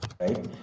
right